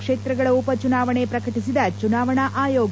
ಕ್ಷೇತ್ರಗಳ ಉಪಚುನಾವಣೆ ಪ್ರಕಟಿಸಿದ ಚುನಾವಣಾ ಆಯೋಗ